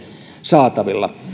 saatavilla